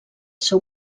seu